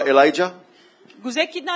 Elijah